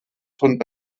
von